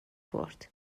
برد